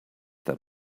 that